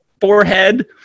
forehead